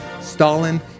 Stalin